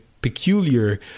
peculiar